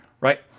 right